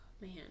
man